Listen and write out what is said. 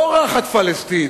לא ראחת פלסטין.